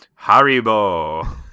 Haribo